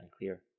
unclear